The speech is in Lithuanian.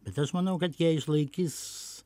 bet aš manau kad jie išlaikys